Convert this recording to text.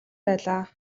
байлаа